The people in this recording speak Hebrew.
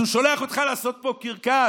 אז הוא שולח אותך לעשות פה קרקס,